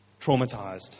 traumatized